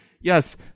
Yes